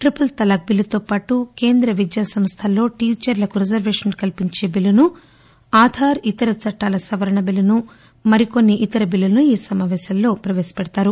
triple talaq బిల్లుతోపాటు కేంద్ర విద్యా సంస్లల్లో టీచర్లకు రిజర్వేషన్లు కల్పించే బిల్లును ఆధార్ ఇతర చట్లాల సవరణ బిల్లును మరికొన్పి ఇతర బిల్లులను ఈ సమాపేశాలలో ప్రవేశపెడతారు